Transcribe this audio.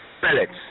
pellets